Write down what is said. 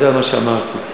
שאמרתי: